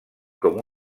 com